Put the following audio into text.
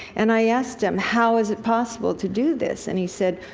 and i asked him, how is it possible to do this? and he said,